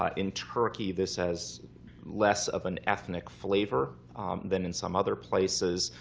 ah in turkey, this has less of an ethnic flavor than in some other places.